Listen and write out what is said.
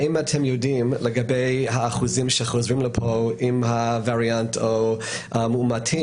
האם אתם יודעים לגבי האחוזים שחוזרים לפה עם הווריאנט או מאומתים,